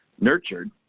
nurtured